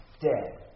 dead